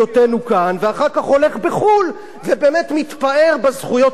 בחו"ל ובאמת מתפאר בזכויות הנהדרות שנתת לנו.